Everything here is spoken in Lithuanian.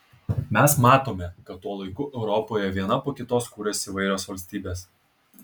mes matome kad tuo laiku europoje viena po kitos kuriasi įvairios valstybės